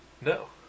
No